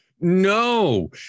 no